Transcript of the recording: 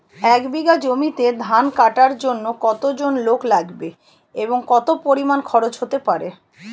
এক বিঘা জমিতে ধান কাটার জন্য কতজন লোক লাগবে এবং কত পরিমান খরচ হতে পারে?